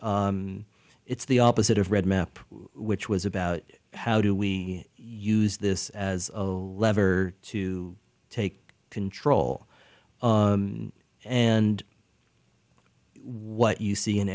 it's the opposite of red map which was about how do we use this as a lever to take control and what you see in